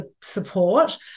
support